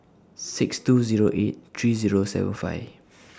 six two Zero eight three Zero seven five